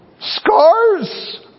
scars